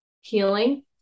healing